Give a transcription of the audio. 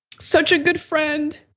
such a good friend,